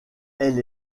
elle